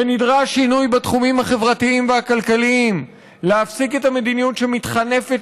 ונדרש שינוי בתחומים החברתיים והכלכליים: להפסיק את המדיניות שמתחנפת